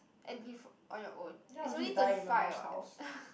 and if on your own is only thirty five what